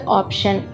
option